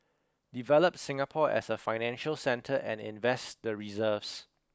develop Singapore as a financial centre and invest the reserves